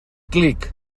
clic